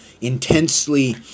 intensely